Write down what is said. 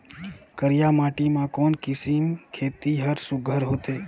करिया माटी मा कोन किसम खेती हर सुघ्घर होथे?